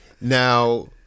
now